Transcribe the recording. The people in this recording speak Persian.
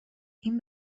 این